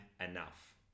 enough